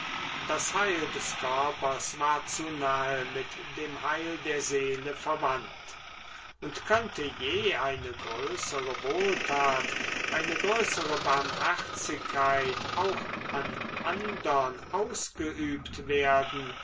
das heil des körpers war zu nahe mit dem heil der seele verwandt und könnte je eine größere wohltat eine größere barmherzigkeit auch an andern ausgeübt werden